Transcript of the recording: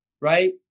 right